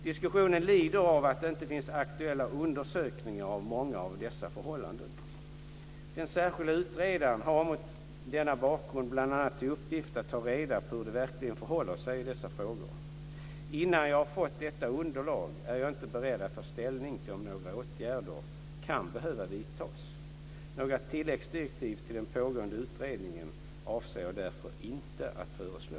Diskussionen lider av att det inte finns aktuella undersökningar av många av dessa förhållanden. Den särskilde utredaren har mot denna bakgrund bl.a. till uppgift att ta reda på hur det verkligen förhåller sig med dessa frågor. Innan jag har fått detta underlag är jag inte beredd att ta ställning till om några åtgärder kan behöva vidtas. Några tilläggsdirektiv till den pågående utredningen avser jag därför inte att föreslå.